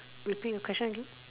repeat your question again